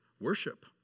worship